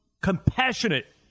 compassionate